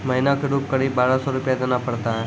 महीना के रूप क़रीब बारह सौ रु देना पड़ता है?